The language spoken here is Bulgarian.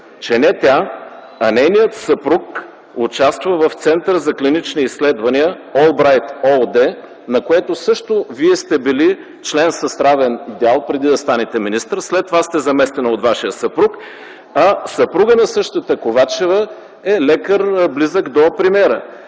че не тя, а нейният съпруг участва в Център за клинични изследвания „Олбрайт” ООД, на който също Вие сте били член с равен дял преди станете министър, след това сте заместена от Вашия съпруг. Съпругът на същата Ковачева е лекар, близък до премиера.